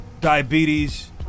diabetes